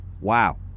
wow